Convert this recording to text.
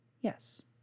Yes